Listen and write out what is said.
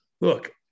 Look